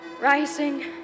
rising